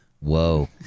whoa